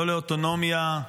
לא לאוטונומיה.